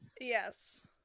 Yes